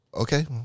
Okay